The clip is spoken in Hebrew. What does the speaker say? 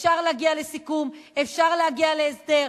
אפשר להגיע לסיכום, אפשר להגיע להסדר.